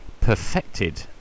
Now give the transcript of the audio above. perfected